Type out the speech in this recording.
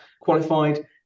Qualified